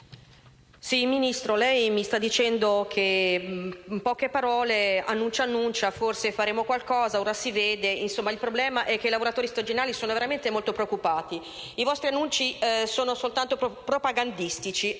Ministro, lei mi sta dicendo in poche parole - annuncia, annuncia - che forse farete qualcosa, ora si vedrà. Il problema è che i lavoratori stagionali sono veramente molto preoccupati. I vostri annunci solo soltanto propagandistici